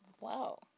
Wow